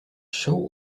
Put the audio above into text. show